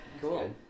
Cool